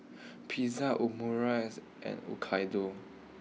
Pizza Omurice and Dhokla